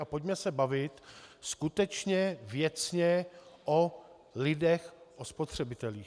Pojďme se bavit skutečně věcně o lidech, o spotřebitelích.